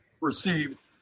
Received